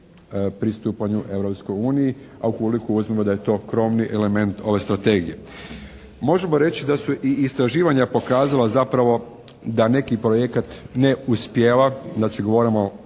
uniji, a ukoliko uzmemo da je to krovni element ove strategije. Možemo reći da su i istraživanja pokazala zapravo da neki projekat ne uspijeva, znači govorimo